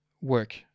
work